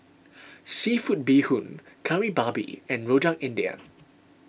Seafood Bee Hoon Kari Babi and Rojak India